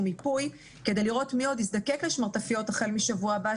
מיפוי כדי לראות מי עוד יזדקק לשמרטפיות החל מהשבוע הבא,